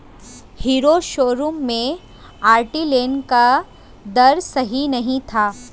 hero showroom में auto loan का दर सही नहीं था